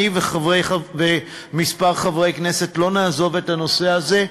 אני וכמה חברי כנסת לא נעזוב את הנושא הזה,